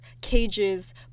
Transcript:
cages